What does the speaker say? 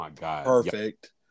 perfect